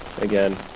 Again